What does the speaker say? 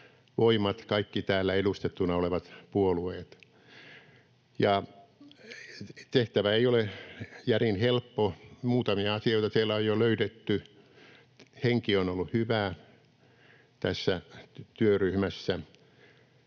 voimat, kaikki täällä edustettuina olevat puolueet. Tehtävä ei ole järin helppo. Muutamia asioita siellä on jo löydetty. Henki on ollut hyvä tässä työryhmässä,